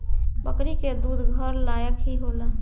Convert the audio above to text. बकरी के दूध घर लायक ही होला